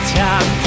time